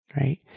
right